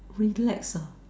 relax ah